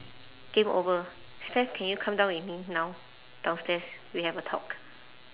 game over steph can you come down with me now downstairs we have a talk